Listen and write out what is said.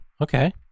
okay